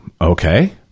Okay